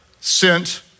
sent